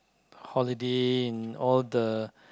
holiday in all the